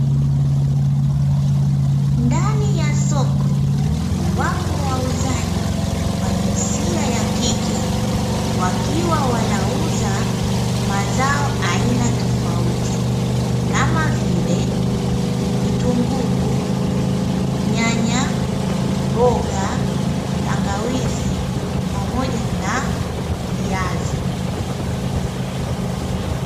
Ndani ya soko wapo wauzaji wa jinsia ya kike wakiwa wanauza mazao aina tofauti kama vile: vitunguu, nyanya, mbonga, tangawizi pamoja na viazi.